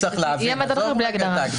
יהיה מדד אחר בלי הגדרה.